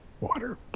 water